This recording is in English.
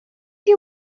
you